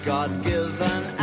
God-given